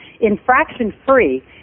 Infraction-free